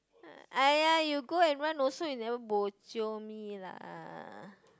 !aiya! you go and run also you never bo jio me lah